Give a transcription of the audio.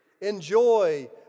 enjoy